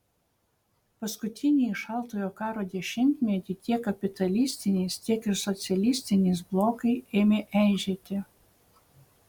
paskutinįjį šaltojo karo dešimtmetį tiek kapitalistinis tiek ir socialistinis blokai ėmė eižėti